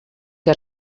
que